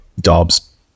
Dobbs